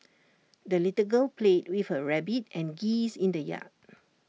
the little girl played with her rabbit and geese in the yard